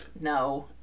no